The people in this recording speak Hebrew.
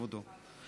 כבודו.